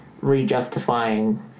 re-justifying